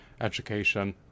education